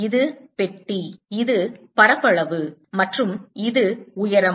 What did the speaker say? இது பெட்டி இது பரப்பளவு மற்றும் இது உயரம்